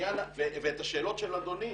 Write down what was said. ואת השאלות של אדוני